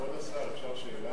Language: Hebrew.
כבוד השר, אפשר לשאול שאלה?